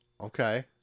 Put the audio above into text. okay